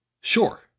Sure